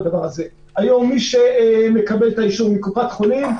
היום מי שמקבל את האישור מקופת חולים,